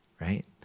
right